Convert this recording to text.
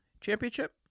championship